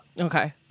Okay